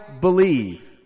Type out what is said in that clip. believe